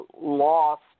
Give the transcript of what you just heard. lost